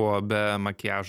buvo be makiažo